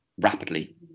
rapidly